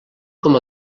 com